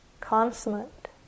consummate